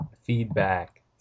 feedback